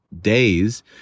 days